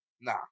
Nah